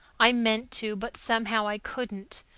i meant to, but somehow i couldn't.